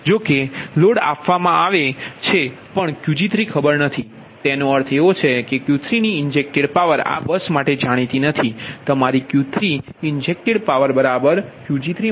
જોકે લોડ આપવામાં આવે છે પણ Qg3 ખબર નથી તેનો અર્થ એ છે કે Q3ની ઇન્જેક્ટેડ પાવર આ બસ માટે જાણીતી નથી તમારી Q3 ઇન્જેક્ટેડ પાવર બરાબર Qg3 0